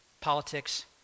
politics